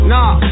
Nah